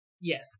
Yes